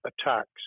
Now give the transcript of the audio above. attacks